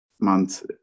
months